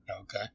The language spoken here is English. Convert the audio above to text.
Okay